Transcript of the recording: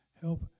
help